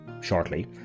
shortly